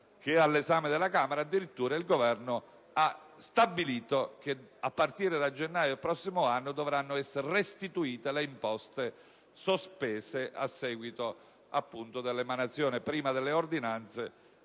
all'esame della Camera, il Governo ha addirittura stabilito che, a partire da gennaio del prossimo anno, dovranno essere restituite le imposte sospese a seguito dell'emanazione delle ordinanze,